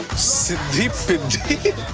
siddhi piddhi?